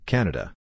Canada